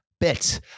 bit